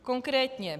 Konkrétně.